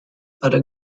other